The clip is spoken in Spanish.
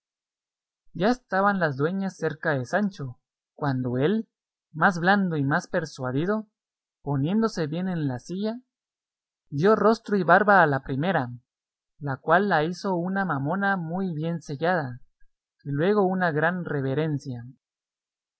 ya estaban las dueñas cerca de sancho cuando él más blando y más persuadido poniéndose bien en la silla dio rostro y barba a la primera la cual la hizo una mamona muy bien sellada y luego una gran reverencia